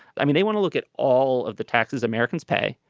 i mean they want to look at all of the taxes americans pay.